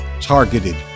targeted